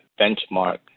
benchmark